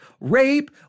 rape